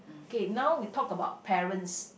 K now we talk about parents